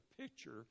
picture